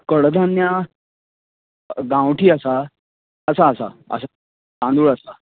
कडधान्या गांवठी आसा आस आसा आसा तांदूळ आसा